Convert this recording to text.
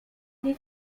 nie